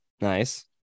Nice